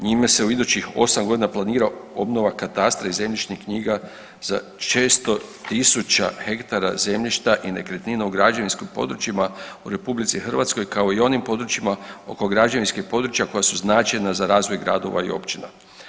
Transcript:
Njime se u idućih 8 godina planira obnova katastra i zemljišnih knjiga za 600.000 hektara zemljišta i nekretnina u građevinskim područjima u RH kao i onim područjima oko građevinskih područja koja su značajna za razvoj gradova i općina.